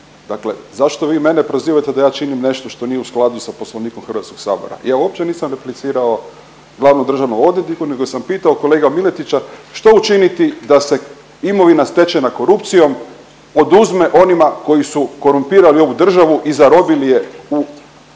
Dakle, zašto vi mene prozivate da ja činim nešto što nije u skladu sa Poslovnikom Hrvatskog sabora? Ja uopće nisam replicirao glavnom državnom odvjetniku, nego sam pitao kolegu Miletića što učiniti da se imovina stečena korupcijom oduzme onima koji su korumpirali ovu državu i zarobili je u